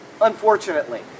Unfortunately